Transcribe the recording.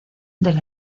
del